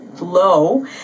low